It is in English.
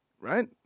right